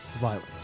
violence